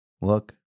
look